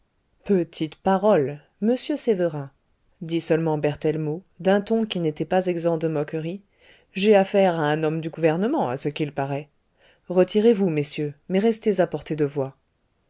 petite parole monsieur sévérin dit seulement berthellemot d'un ton qui n'était pas exempt de moquerie j'ai affaire à un homme du gouvernement à ce qu'il paraît retirez-vous messieurs mais restez à portée de voix